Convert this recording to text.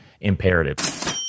imperative